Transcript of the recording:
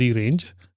range